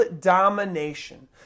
domination